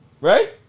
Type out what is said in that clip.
Right